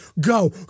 go